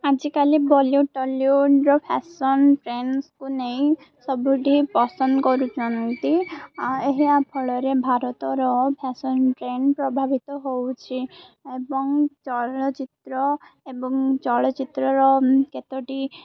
ଆଜିକାଲି ବଲିଉଡ଼ ଟଲିଉଡ଼ର ଫ୍ୟାସନ୍ ଟ୍ରେଣ୍ଡସ୍କୁ ନେଇ ସବୁଠି ପସନ୍ଦ କରୁଛନ୍ତି ଏହା ଫଳରେ ଭାରତର ଫ୍ୟାସନ୍ ଟ୍ରେଣ୍ଡ ପ୍ରଭାବିତ ହେଉଛି ଏବଂ ଚଳଚ୍ଚିତ୍ର ଏବଂ ଚଳଚ୍ଚିତ୍ରର କେତୋଟି